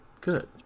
Good